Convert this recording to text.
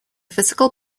physical